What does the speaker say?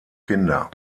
kinder